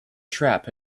trap